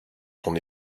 son